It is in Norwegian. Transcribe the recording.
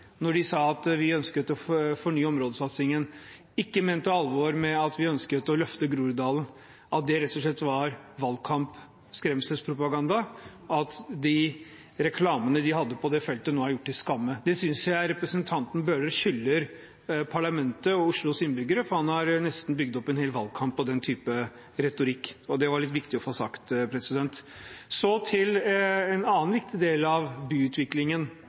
sa man ønsket å fornye områdesatsingen, ikke mente alvor da den sa man ønsket å løfte Groruddalen, rett og slett var valgkamp, skremselspropaganda, og at reklamene de hadde på det feltet, nå er gjort til skamme. Det synes jeg representanten Bøhler skylder parlamentet og Oslos innbyggere, for han har nesten bygd opp en hel valgkamp på den type retorikk. Det var litt viktig å få sagt. Så til en annen viktig del av byutviklingen,